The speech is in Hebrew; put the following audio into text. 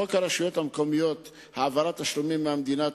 חוק הרשויות המקומיות (העברת תשלומים מהמדינה),